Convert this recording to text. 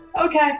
Okay